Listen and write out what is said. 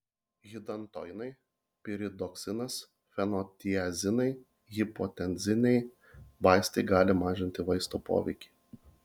hidantoinai piridoksinas fenotiazinai hipotenziniai vaistai gali mažinti vaisto poveikį